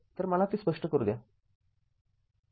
तर मला ते स्पष्ट करू द्या